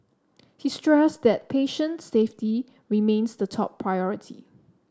he stressed that patient safety remains the top priority